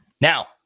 Now